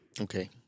Okay